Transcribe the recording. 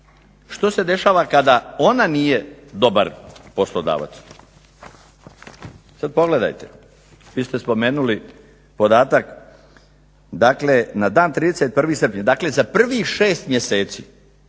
što se dešava kada ona nije dobar poslodavac. Sad pogledajte, vi ste spomenuli podatak dakle na dan 31. srpnja, dakle za prvih 6 mjeseci,